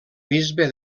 bisbe